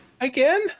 again